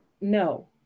No